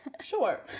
sure